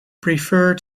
preferred